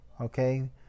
okay